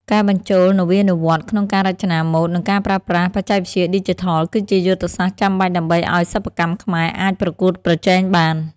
ការបញ្ចូលនវានុវត្តន៍ក្នុងការរចនាម៉ូដ និងការប្រើប្រាស់បច្ចេកវិទ្យាឌីជីថល គឺជាយុទ្ធសាស្ត្រចាំបាច់ដើម្បីឱ្យសិប្បកម្មខ្មែរអាចប្រកួតប្រជែងបាន។